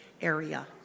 area